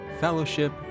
fellowship